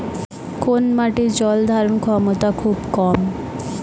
কোন মাটির জল ধারণ ক্ষমতা খুব কম?